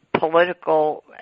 political